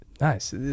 Nice